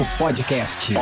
podcast